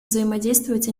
взаимодействовать